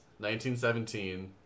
1917